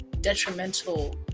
detrimental